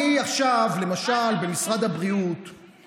אני עכשיו, למשל, במשרד הבריאות,